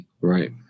Right